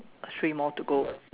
three more to go